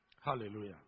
Hallelujah